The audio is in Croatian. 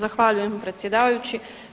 Zahvaljujem predsjedavajući.